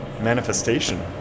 manifestation